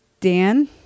Dan